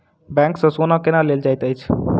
bank सँ सोना केना लेल जाइत अछि